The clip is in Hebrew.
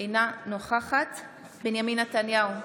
אינה נוכחת בנימין נתניהו,